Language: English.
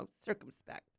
circumspect